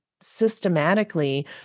systematically